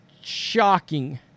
shocking